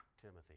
Timothy